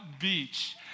Beach